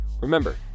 Remember